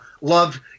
love